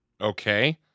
Okay